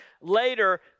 later